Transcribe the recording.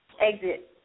exit